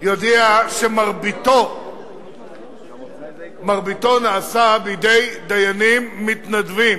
יודע שמרביתו נעשה בידי דיינים מתנדבים,